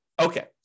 Okay